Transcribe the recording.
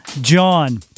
John